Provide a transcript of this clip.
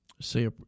Say